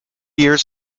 years